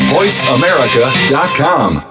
VoiceAmerica.com